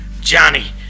Johnny